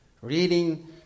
Reading